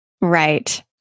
Right